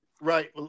Right